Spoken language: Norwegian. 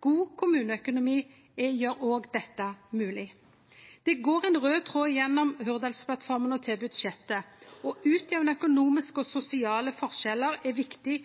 God kommuneøkonomi gjer òg dette mogleg. Det går ein raud tråd gjennom Hurdalsplattforma og til budsjettet. Å utjamne økonomiske og sosiale forskjellar er viktig